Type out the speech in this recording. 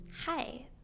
Hi